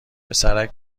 پسرک